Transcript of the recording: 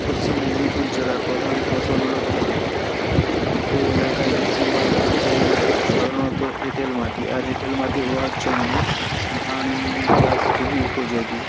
পশ্চিম মেদিনীপুর জেলার প্রধান ফসল হলো ধান এই এলাকায় বেশিরভাগ জায়গায় সাধারণত এঁটেল মাটি আর এঁটেল মাটি হওয়ার জন্য ধান চাষ খুবই উপযোগী